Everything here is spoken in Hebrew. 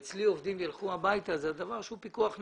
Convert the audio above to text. אצלי עובדים ילכו הביתה, זה הדבר שהוא פיקוח נפש.